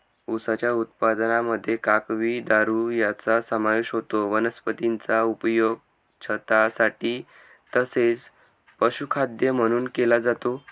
उसाच्या उत्पादनामध्ये काकवी, दारू यांचा समावेश होतो वनस्पतीचा उपयोग छतासाठी तसेच पशुखाद्य म्हणून केला जातो